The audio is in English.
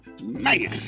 Man